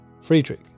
Friedrich